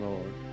Lord